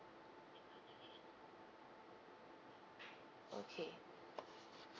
okay